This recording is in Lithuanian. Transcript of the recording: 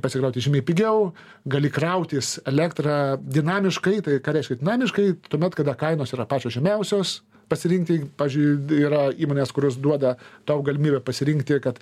pasikrauti žymiai pigiau gali krautis elektra dinamiškai tai ką reiškia dinamiškai tuomet kada kainos yra pačios žemiausios pasirinkti pavyzdžiui yra įmonės kurios duoda tau galimybę pasirinkti kad